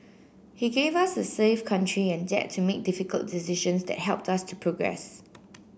he gave us a safe country and dared to make difficult decisions that helped us to progress